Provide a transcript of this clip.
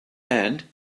and